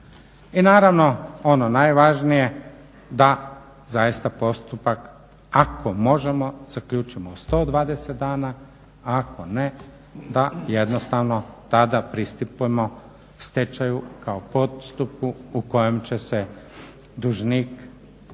I naravno ono najvažnije, da zaista postupak ako možemo zaključimo u 120 dana, a ako ne da jednostavno tada pristupimo stečaju kao postupku u kojem će se dužnik